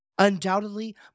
Undoubtedly